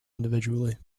individually